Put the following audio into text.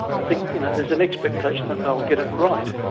i think you know there's an expectation that they will get it right,